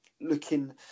looking